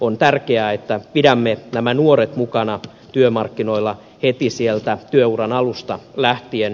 on tärkeää että pidämme nämä nuoret mukana työmarkkinoilla heti sieltä työuran alusta lähtien